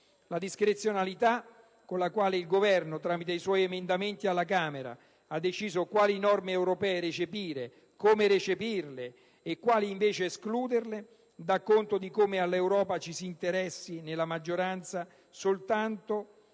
La discrezionalità con la quale il Governo, tramite i suoi emendamenti alla Camera, ha deciso quali norme europee recepire, come recepirle e quali invece escludere, dà conto di come nella maggioranza ci si interessi all'Europa soltanto